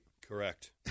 Correct